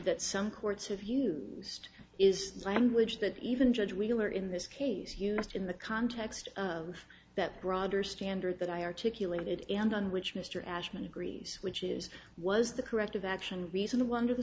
that some courts have used is language that even judge wheeler in this case you missed in the context of that broader standard that i articulated and on which mr ashman agrees which is was the corrective action reasonable under the